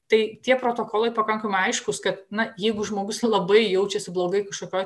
tai tie protokolai pakankamai aiškūs kad na jeigu žmogus labai jaučiasi blogai kažkokioj